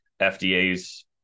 FDA's